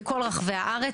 בכל רחבי הארץ,